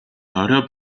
орой